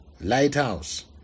Lighthouse